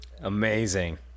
Amazing